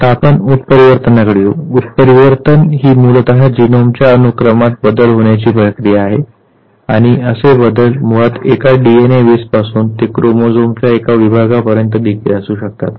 आता आपण उत्परिवर्तनाकडे येऊ उत्परिवर्तन ही मूलत जीनोमच्या अनुक्रमात बदल होण्याची प्रक्रिया आहे आणि असे बदल मुळात एका डीएनए बेसपासून ते अगदी क्रोमोझोमच्या एका विभागापर्यंत देखील असू शकतात